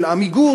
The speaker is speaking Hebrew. של "עמיגור",